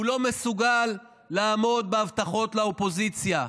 הוא לא מסוגל לעמוד בהבטחות לאופוזיציה.